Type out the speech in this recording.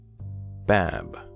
Bab